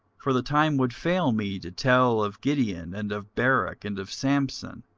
for the time would fail me to tell of gedeon, and of barak, and of samson,